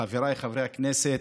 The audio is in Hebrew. חבריי חברי הכנסת,